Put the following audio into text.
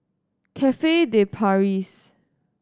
Cafe De Paris